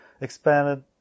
expanded